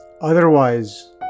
otherwise